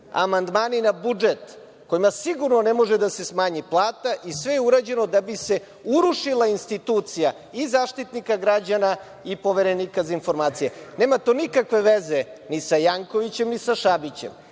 amandmani na budžet kojima sigurno ne mogu da se smanje plate i sve je urađeno da bi se urušila institucija i Zaštitnika građana i Poverenika za informacije. Nema to nikakve veze ni sa Jankovićem, ni sa Šabićem.